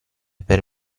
per